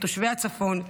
את תושבי הצפון,